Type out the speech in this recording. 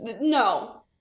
No